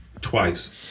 twice